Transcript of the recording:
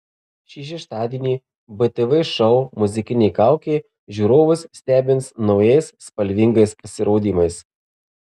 šį šeštadienį btv šou muzikinė kaukė žiūrovus stebins naujais spalvingais pasirodymais